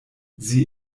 sie